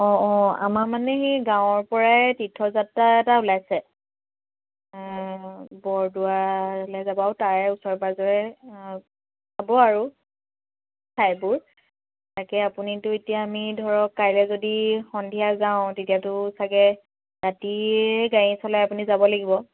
অঁ অঁ আমাৰ মানে সেই গাঁৱৰ পৰাই তীৰ্থযাত্ৰা এটা ওলাইছে বৰদোৱালৈ যাব আৰু তাৰে ওচৰে পাজৰে যাব আৰু ঠাইবোৰ তাকে আপুনিতো এতিয়া আমি ধৰক কাইলৈ যদি সন্ধিয়া যাওঁ তেতিয়াতো চাগে ৰাতিয়েই আপুনি গাড়ী চলাই যাব লাগিব